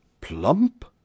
Plump